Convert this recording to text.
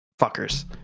fuckers